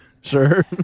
Sure